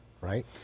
right